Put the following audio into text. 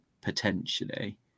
potentially